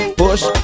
push